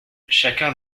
chacun